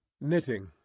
KNITTING